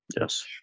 Yes